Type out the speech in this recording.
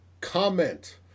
Comment